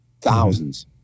thousands